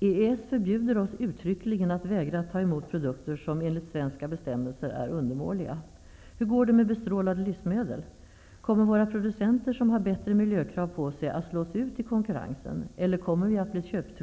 Vi förbjuds uttryckligen att vägra ta emot produkter som enligt svenska bestämmelser är undermåliga. Hur går det med bestrålade livsmedel? Kommer våra producenter som har bättre miljökrav på sig att slås ut i konkurrensen, eller kommer vi att bli svenska